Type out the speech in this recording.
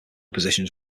positions